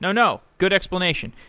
no. no. good explanation.